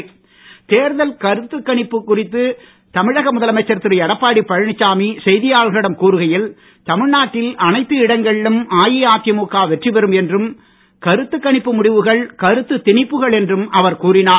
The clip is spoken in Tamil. எடப்பாடி ஸ்டாலின் கருத்துக் கணிப்பு தேர்தல் கருத்துக் கணிப்பு குறித்து தமிழக முதலமைச்சர் திரு எடப்பாடி பழனிசாமி செய்தியாளர்களிடம் கூறுகையில் தமிழ்நாட்டில் அனைத்து இடங்களிலும் அஇஅதிமுக வெற்றி பெறும் என்றும் கருத்துக் கணிப்பு முடிவுகள் கருத்து திணிப்புகள் என்றும் அவர் கூறினார்